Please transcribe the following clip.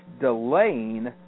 delaying